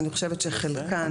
אני חושבת שחלקן,